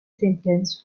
sentence